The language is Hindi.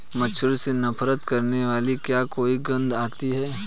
मच्छरों से नफरत करने वाली क्या कोई गंध आती है?